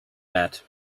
bet